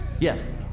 Yes